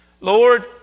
Lord